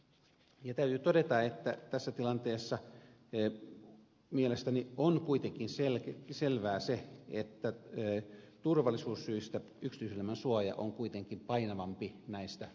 täytyy todeta että tässä tilanteessa mielestäni on kuitenkin selvää se että turvallisuussyistä yksityiselämän suoja on kuitenkin painavampi näistä oikeuksista